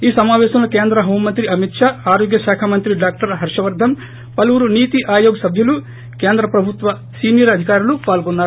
ఈ సమాపేశంలో కేంద్ర హోం మంత్రి అమిత్షా ఆరోగ్య శాఖ మంత్రి డాక్షర్ హర్షవర్గన్ పలువురు నీతి ఆయోగ్ సభ్యులు కేంద్ర ప్రభుత్వ సీనియర్ అధికారులు పాల్గొన్నారు